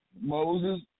Moses